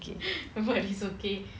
okay